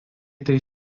tai